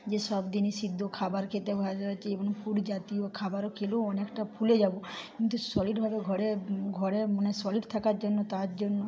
যে সব দিনই সিদ্ধ খাবার খেতে হয় চেবানো ফুডজাতীয় খাবারও খেলেও অনেকটা ফুলে যাব কিন্তু সলিডভাবে ঘরের ঘরে মানে সলিড থাকার জন্য তার জন্য